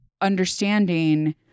understanding